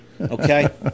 Okay